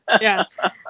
Yes